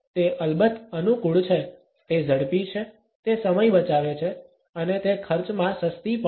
તે અલબત્ત અનુકૂળ છે તે ઝડપી છે તે સમય બચાવે છે અને તે ખર્ચમા સસ્તી પણ છે